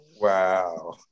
Wow